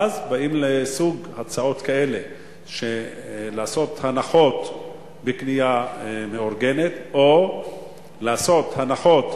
ואז באים ומציעים הצעות לעשות הנחות בקנייה מאורגנת או לעשות הנחות